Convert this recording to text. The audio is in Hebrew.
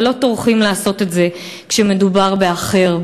אבל לא טורחים לעשות את זה כשמדובר באחר,